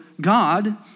God